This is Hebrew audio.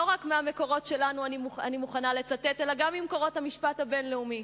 לא רק מהמקורות שלנו אני מוכנה לצטט אלא גם ממקורות המשפט הבין-לאומי.